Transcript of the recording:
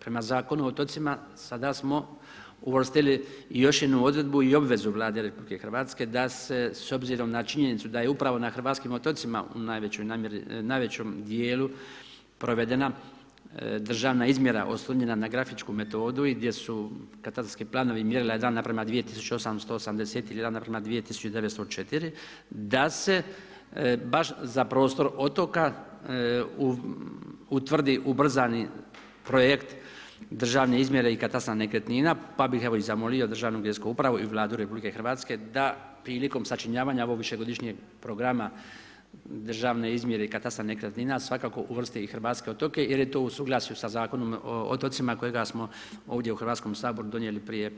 Prema Zakonu o otocima sada smo uvrstili još jednu odredbu i obvezu Vlade RH da se s obzirom na činjenicu da je upravo na hrvatskim otocima u najvećem dijelu provedena državna izmjere oslonjena na grafičku metodu i gdje su katastarski planovi i mjerila 1:2880 ili 1:2904 da se baš za prostor otoka utvrdi ubrzani projekt državne izmjere i katastra nekretnina pa bih evo i zamolio Državnu geodetsku upravu i Vladu RH da prilikom sačinjavanja ovog višegodišnjeg programa državne izmjere i katastra nekretnina svakako uvrsti i hrvatske otoke jer je to u suglasju sa Zakonom o otocima kojega smo ovdje u Hrvatskom saboru donijeli prije